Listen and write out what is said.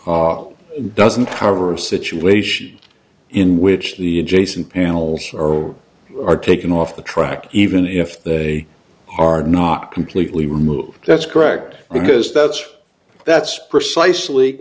lot doesn't cover a situation in which the jason panels are taken off the track even if they are not completely removed that's correct because that's that's precisely